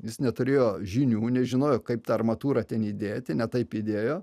jis neturėjo žinių nežinojo kaip tą armatūrą ten įdėti ne taip įdėjo